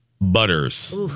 butters